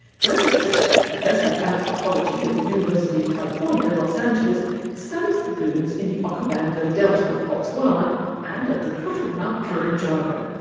joan silk, professor of anthropology at the university of california los angeles studies baboons in the okavango delta of botswana and at the foot of mt kilimanjaro.